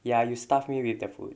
ya you stuff me with the food